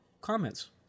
comments